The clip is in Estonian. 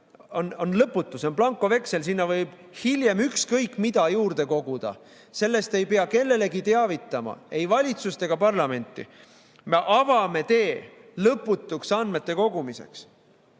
on lõputu, see on blankoveksel, sinna võib hiljem ükskõik mida juurde koguda, sellest ei pea kedagi teavitama, ei valitsust ega parlamenti. Me avame tee lõputuks andmete kogumiseks.